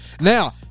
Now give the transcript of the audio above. Now